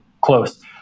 close